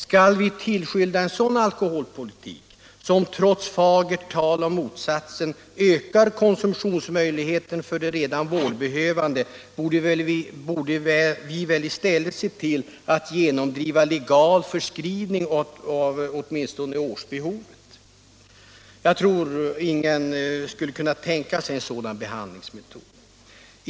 Skall vi tillskynda en sådan alkoholpolitik, som trots fagert tal om motsatsen ökar konsumtionsmöjligheterna för de redan vårdbehövande, borde vi väl i stället se till att genomdriva legal förskrivning av åtminstone årsbehovet. Jag tror ingen skulle kunna tänka sig en sådan behandlingsmetod.